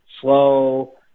slow